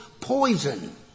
poison